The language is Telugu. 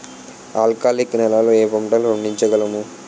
ఆల్కాలిక్ నెలలో ఏ పంటలు పండించగలము?